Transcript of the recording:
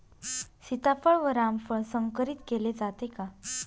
सीताफळ व रामफळ संकरित केले जाते का?